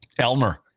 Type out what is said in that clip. Elmer